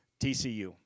TCU